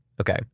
okay